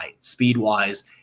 speed-wise